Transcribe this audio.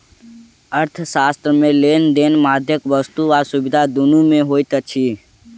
अर्थशास्त्र मे लेन देनक माध्यम वस्तु आ सुविधा दुनू मे होइत अछि